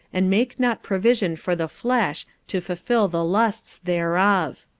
and make not provision for the flesh, to fulfil the lusts thereof.